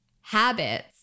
habits